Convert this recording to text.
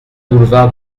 boulevard